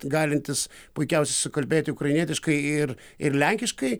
galintis puikiausia susikalbėti ukrainietiškai ir ir lenkiškai